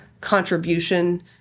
contribution